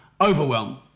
overwhelm